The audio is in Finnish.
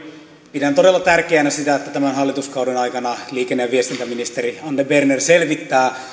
pidän todella tärkeänä sitä että tämän hallituskauden aikana liikenne ja viestintäministeri anne berner selvittää